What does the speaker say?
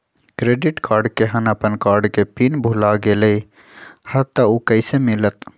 Credit card केहन अपन card के पिन भुला गेलि ह त उ कईसे मिलत?